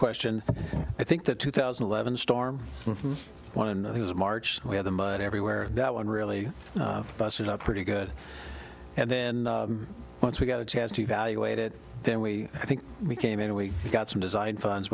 question i think that two thousand and eleven storm when it was march we had the mud everywhere that one really busted up pretty good and then once we got a chance to evaluate it then we i think we came in we got some design funds